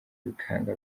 bikanga